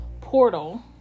portal